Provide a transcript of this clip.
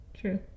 true